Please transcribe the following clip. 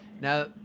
Now